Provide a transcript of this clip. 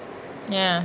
ya